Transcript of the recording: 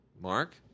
Mark